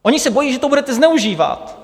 Oni se bojí, že to budete zneužívat!